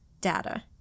data